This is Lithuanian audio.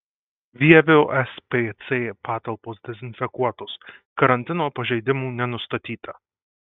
vievio spc patalpos dezinfekuotos karantino pažeidimų nenustatyta